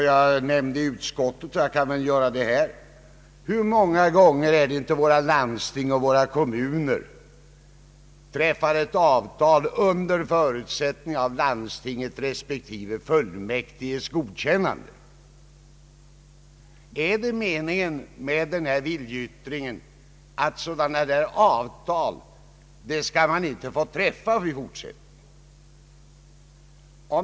Jag nämnde i utskottet, och jag kan upprepa det här, att landsting och kommuner ofta träffar avtal under förutsättning av godkännande i den beslutande församlingen. Är meningen med den här viljeyttringen att sådana avtal inte skall få träffas i fortsättningen?